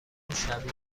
شبیه